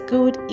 Good